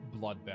bloodbath